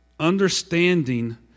Understanding